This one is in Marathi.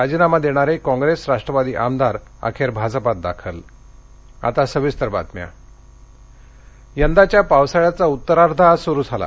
राजिनामा देणारे काँग्रेस राष्ट्रवादी आमदार अखेर भाजपात दाखल पाऊस यंदाच्या पावसाळ्याचा उत्तरार्ध आज सुरू झाला